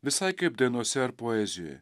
visai kaip dainose ar poezijoje